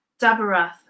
Dabarath